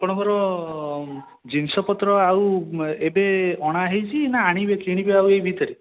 ଆପଣଙ୍କର ଜିନିଷପତ୍ର ଆଉ ଏବେ ଅଣାହୋଇଛି ନା ଆଣିବେ କିଣିବେ ଆଉ ଏହି ଭିତରେ